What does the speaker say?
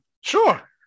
Sure